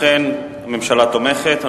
לכן, הממשלה תומכת.